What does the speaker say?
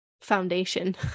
foundation